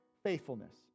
faithfulness